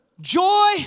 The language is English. joy